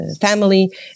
family